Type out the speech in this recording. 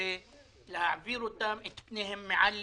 ולהעביר את פניהם מעל